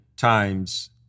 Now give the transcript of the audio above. times